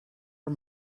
are